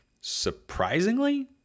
surprisingly